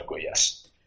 yes